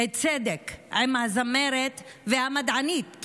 צדק עם הזמרת והמדענית,